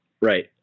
Right